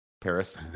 Paris